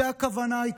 זו הייתה הכוונה.